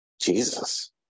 Jesus